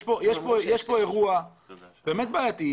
יש פה אירוע באמת בעייתי.